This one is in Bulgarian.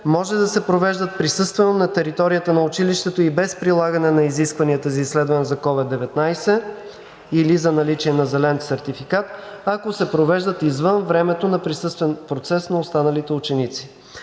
може да се провеждат присъствено на територията на училището и без прилагане на изискванията за изследване за COVID-19 или за наличие на зелен сертификат, ако се провеждат извън времето на присъствен процес на останалите ученици.